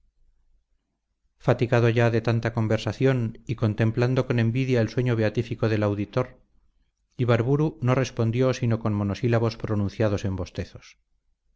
fatigado ya de tanta conversación y contemplando con envidia el sueño beatífico del auditor ibarburu no respondió sino con monosílabos pronunciados en bostezos